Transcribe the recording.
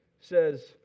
says